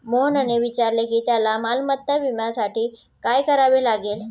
मोहनने विचारले की त्याला मालमत्ता विम्यासाठी काय करावे लागेल?